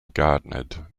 garnered